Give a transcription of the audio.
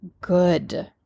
good